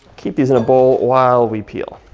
keep these in a bowl while we peel.